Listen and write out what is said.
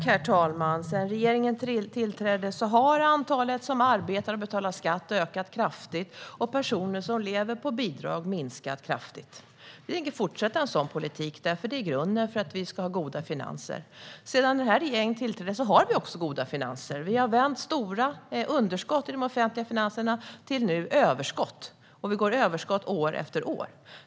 Herr talman! Sedan regeringen tillträdde har antalet personer som arbetar och betalar skatt ökat kraftigt och antalet personer som lever på bidrag minskat kraftigt. Vi tänker fortsätta med en sådan politik, för det är grunden för att vi ska ha goda finanser. Sedan denna regering tillträdde har vi också goda finanser. Vi har vänt stora underskott i de offentliga finanserna till överskott. Vi har överskott år efter år.